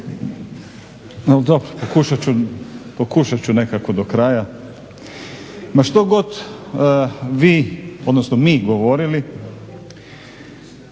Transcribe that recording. ću, pokušat ću nekako do kraja. Ma što god vi, odnosno mi govorili,